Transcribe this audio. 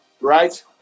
right